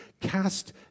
Cast